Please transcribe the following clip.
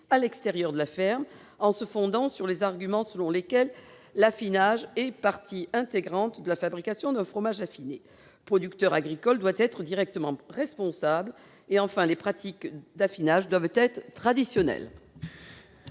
à l'extérieur de la ferme, en se fondant sur les arguments selon lesquels l'affinage est partie intégrante de la fabrication d'un fromage affiné. Le producteur agricole doit être directement responsable et les pratiques d'affinage doivent être traditionnelles.